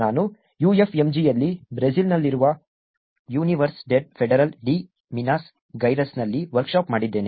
ನಾನು UFMG ಯಲ್ಲಿ ಬ್ರೆಜಿಲ್ನಲ್ಲಿರುವ ಯೂನಿವರ್ಸಿಡೇಡ್ ಫೆಡರಲ್ ಡಿ ಮಿನಾಸ್ ಗೆರೈಸ್ನಲ್ಲಿ ವರ್ಕ್ ಶಾಪ್ ಮಾಡಿದ್ದೇನೆ